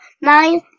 nine